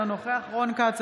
אינו נוכח רון כץ,